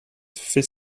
fait